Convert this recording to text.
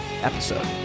episode